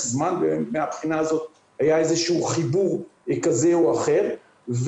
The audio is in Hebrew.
זמן ומהבחינה הזאת היה איזשהו חיבור כזה או אחר.